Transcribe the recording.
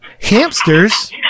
hamsters